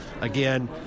again